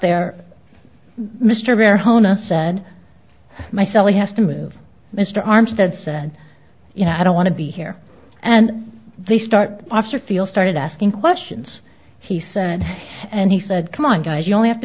honus said myself he has to move mr armstead said you know i don't want to be here and they start after feel started asking questions he said and he said come on guys you only have to